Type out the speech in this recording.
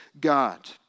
God